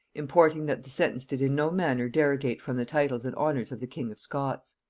importing, that the sentence did in no manner derogate from the titles and honors of the king of scots.